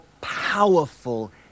powerful